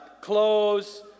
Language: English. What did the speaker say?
clothes